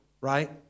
right